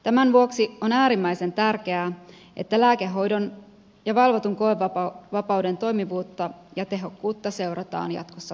tämän vuoksi on äärimmäisen tärkeää että lääkehoidon ja valvotun koevapauden toimivuutta ja tehokkuutta seurataan jatkossa tarkasti